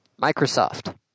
Microsoft